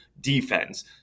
defense